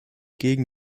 gegen